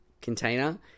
container